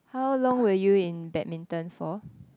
how long were you in badminton for